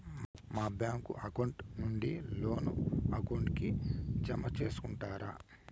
మా bank account నుండి loan account కి జామ సేసుకుంటారా?